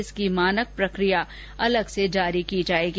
इसकी मानक प्रकिया अलग से जारी की जाएगी